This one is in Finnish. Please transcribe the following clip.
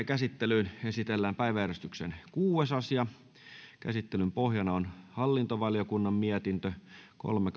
käsittelyyn esitellään päiväjärjestyksen kuudes asia käsittelyn pohjana on hallintovaliokunnan mietintö kolme